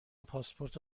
پاسپورت